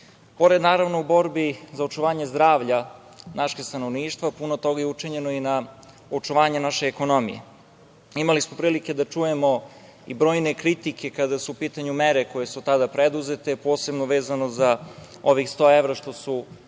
naravno, borbe za očuvanje zdravlja našeg stanovništva, puno toga je učinjeno i na očuvanju naše ekonomije. Imali smo prilike da čujemo i brojne kritike kada su u pitanju mere koje su tada preduzete, posebno vezano za ovih 100 evra što su